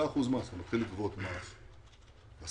אתה מקבל 5%, 10%,